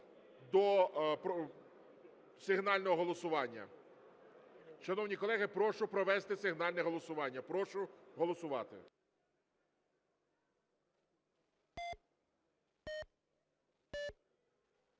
до сигнального голосування? Шановні колеги, прошу провести сигнальне голосування. Прошу голосувати.